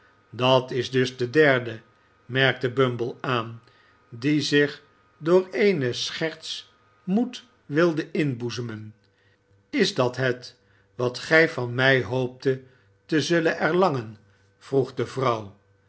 dat is dus de derde merkte bumble aan die zich door eene scherts moed wilde inboezemen is dat het wat gij van mij hooptet te zullen erlangen vroeg de vrouw